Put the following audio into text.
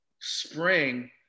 spring